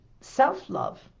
self-love